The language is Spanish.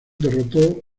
derrotó